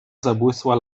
zabłysła